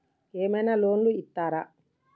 ఏమైనా లోన్లు ఇత్తరా?